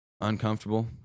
uncomfortable